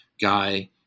guy